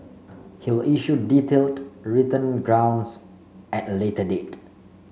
he will issue detailed written grounds at a later date